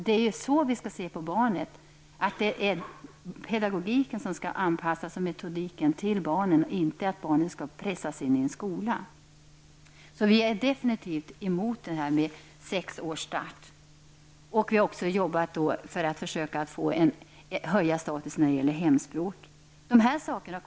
Det är pedagogiken och metodiken som skall anpassas till barnet, och barnet skall inte ''pressas'' in i en skola. Vi är alltså definitivt motståndare till en skolstart vid sex års ålder. Vi har också arbetat för att höja hemspråksundervisningen.